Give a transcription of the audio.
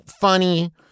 funny